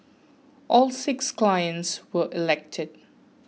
all six clients were elected